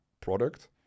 product